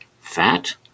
fat